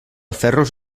ferros